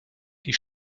die